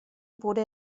wurde